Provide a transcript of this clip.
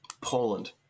Poland